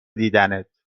دیدنت